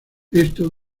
esto